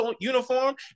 uniform